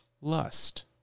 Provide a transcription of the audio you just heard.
lust